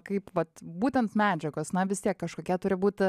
kaip vat būtent medžiagos na vis tiek kažkokia turi būt